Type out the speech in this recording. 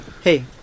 Hey